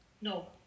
No